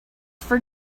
for